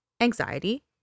anxiety